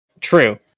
true